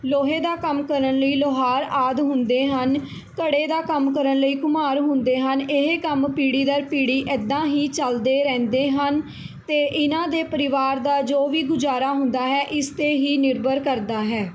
ਲੋਹੇ ਦਾ ਕੰਮ ਕਰਨ ਲਈ ਲੁਹਾਰ ਆਦਿ ਹੁੰਦੇ ਹਨ ਘੜੇ ਦਾ ਕੰਮ ਕਰਨ ਲਈ ਘੁਮਾਰ ਹੁੰਦੇ ਹਨ ਇਹ ਕੰਮ ਪੀੜ੍ਹੀ ਦਰ ਪੀੜ੍ਹੀ ਇੱਦਾਂ ਹੀ ਚਲਦੇ ਰਹਿੰਦੇ ਹਨ ਅਤੇ ਇਹਨਾਂ ਦੇ ਪਰਿਵਾਰ ਦਾ ਜੋ ਵੀ ਗੁਜ਼ਾਰਾ ਹੁੰਦਾ ਹੈ ਇਸ 'ਤੇ ਹੀ ਨਿਰਭਰ ਕਰਦਾ ਹੈ